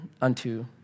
unto